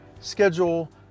schedule